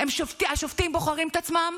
השופטים בוחרים את עצמם